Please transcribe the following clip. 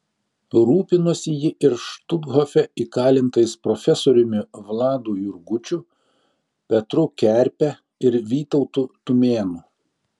rūpinosi ji ir štuthofe įkalintais profesoriumi vladu jurgučiu petru kerpe ir vytautu tumėnu